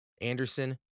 Anderson